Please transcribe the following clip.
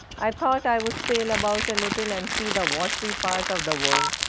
i thought i would sail about a little and see the watery part of the world.